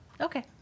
Okay